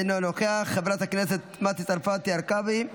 אינו נוכח, חברת הכנסת מטי צרפתי הרכבי,